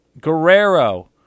Guerrero